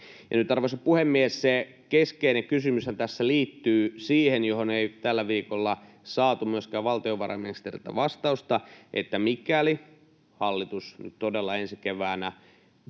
arvoisa puhemies, se keskeinen kysymyshän tässä liittyy siihen, mihin ei tällä viikolla saatu myöskään valtiovarainministeriltä vastausta, että mikäli hallitus nyt todella ensi keväänä